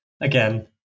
again